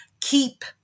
keep